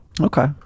Okay